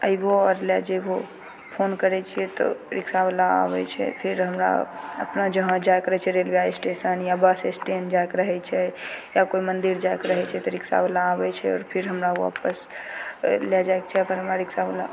अयबहो आओर लै जयबहो फोन करय छियै तऽ रिक्शावला आबय छै फेर हमरा अपना जहाँ जाइके रहय छै रेलवे स्टेशन या बस स्टैण्ड जाइके रहय छै या कोइ मन्दिर जाइके रहय छै तऽ रिक्शावला आबय छै आओर फिर हमरा वापस लै जाइ छै हमरा रिक्शावला